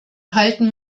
halten